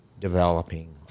developing